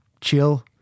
chill